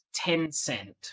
Tencent